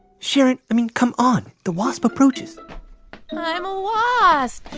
sharon, i mean, come on. the wasp approaches i'm a wasp,